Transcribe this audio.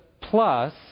plus